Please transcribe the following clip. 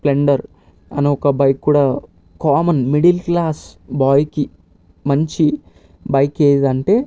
Splendor అను ఒక bike కూడా కామన్ మిడిల్ క్లాస్ బాయ్కి మంచి బైక్ ఏది అంటే